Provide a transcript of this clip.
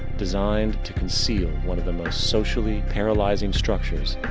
designed to conceal one of the most socially paralyzing structures,